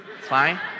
fine